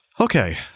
Okay